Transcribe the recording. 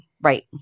right